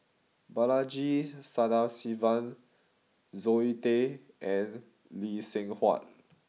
Balaji Sadasivan Zoe Tay and Lee Seng Huat